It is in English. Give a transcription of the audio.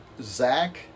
Zach